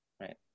right